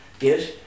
Yes